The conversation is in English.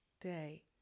day